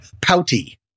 pouty